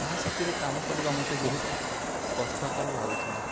ତା ସାଥିରେ କାମ କରିବା ମୋତେ ବହୁତ କଷ୍ଟକର ଲାଗୁଥିଲା